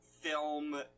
film